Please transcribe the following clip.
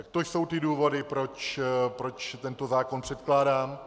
To jsou ty důvody, proč tento zákon předkládám.